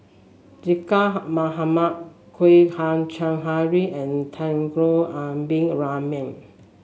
Mohamad Kwek Hian Chuan Henry and Temenggong Abdul Rahman